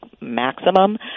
maximum